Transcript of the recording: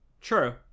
true